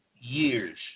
years